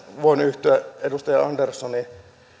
voin yhtyä edustaja anderssonin